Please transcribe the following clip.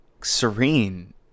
serene